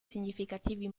significativi